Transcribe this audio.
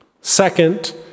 Second